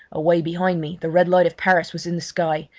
away behind me the red light of paris was in the sky,